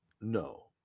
No